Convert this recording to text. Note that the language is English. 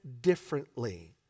differently